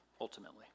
ultimately